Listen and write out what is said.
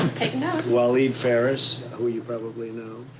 and taking notes walid phares, who you probably know.